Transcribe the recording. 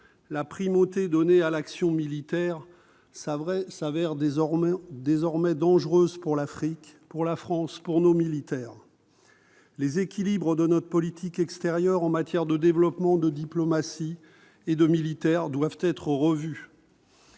La primauté donnée à l'action militaire s'avère désormais dangereuse pour l'Afrique, pour la France et pour nos militaires. Les équilibres de notre politique extérieure en matière de développement, de diplomatie et d'action militaire doivent être revus.